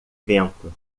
vento